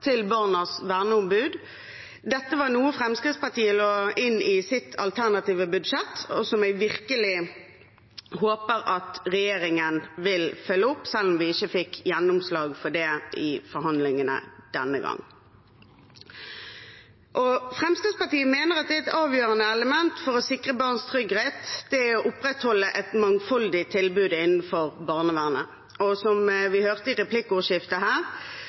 til barnas verneombud. Dette var noe Fremskrittspartiet la inn i sitt alternative budsjett, og som jeg virkelig håper at regjeringen vil følge opp, selv om vi ikke fikk gjennomslag for det i forhandlingene denne gang. Fremskrittspartiet mener at et avgjørende element for å sikre barns trygghet er å opprettholde et mangfoldig tilbud innenfor barnevernet. Som vi hørte i replikkordskiftet,